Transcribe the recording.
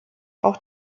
auch